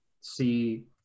see